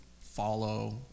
follow